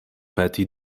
peti